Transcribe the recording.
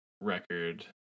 record